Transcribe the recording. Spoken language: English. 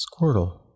Squirtle